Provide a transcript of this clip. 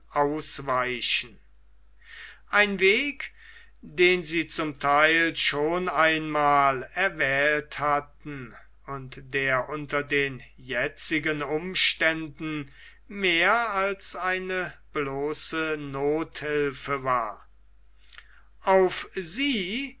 ausweichen ein weg den sie zum theil schon einmal erwählt hatten und der unter den jetzigen umständen mehr als eine bloße nothhilfe war auf sie